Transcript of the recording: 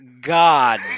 God